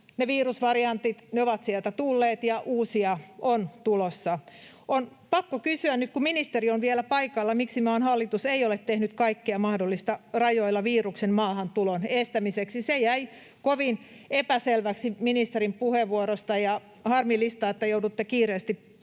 ne virusvariantit ovat sieltä tulleet, ja uusia on tulossa. On pakko kysyä nyt, kun ministeri on vielä paikalla: miksi maan hallitus ei ole tehnyt kaikkea mahdollista rajoilla viruksen maahantulon estämiseksi? Se jäi kovin epäselväksi ministerin puheenvuorosta — ja harmillista, että joudutte kiireesti poistumaan